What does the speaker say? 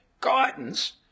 guidance